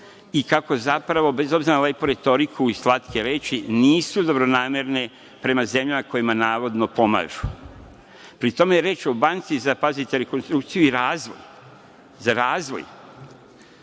i kako zapravo, bez obzira na lepu retoriku i slatke reči, nisu dobronamerne prema zemljama kojima navodno pomažu, pri tome je reč o banci za, pazite, rekonstrukciju i razvoj, a pri tome